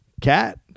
Cat